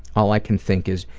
all i can think is,